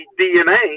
DNA